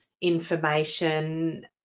information